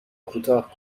کوتاه